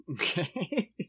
Okay